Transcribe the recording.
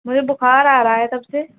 مجھے بخار آ رہا ہے تب سے